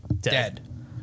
dead